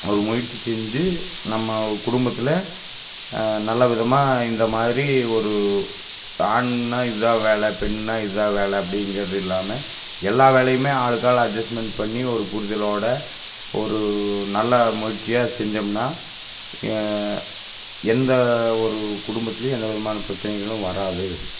ஒரு முயற்சி செஞ்சு நம்ம குடும்பத்தில் நல்லவிதமாக இந்த மாதிரி ஒரு ஆணாக இதுதான் வேலை பெண்ணாக இதுதான் வேலை அப்படிங்கிறது இல்லாமல் எல்லா வேலையும் ஆளுக்கு ஆள் அட்ஜஸ்மெண்ட் பண்ணி ஒரு புரிதலோடு ஒரு நல்லா முயற்சியாக செஞ்சோம்னால் ஏ எந்தவொரு குடும்பத்துலேயும் எந்தவிதமான பிரச்சினைகளும் வராது